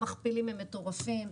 המכפילים הם מטורפים.